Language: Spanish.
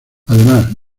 además